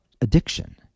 addiction